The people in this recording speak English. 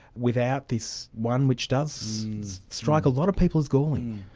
without this one which does strike a lot of people as galling.